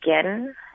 again